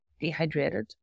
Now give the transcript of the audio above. dehydrated